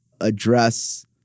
address